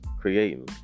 creating